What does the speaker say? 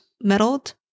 meddled